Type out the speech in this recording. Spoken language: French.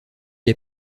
est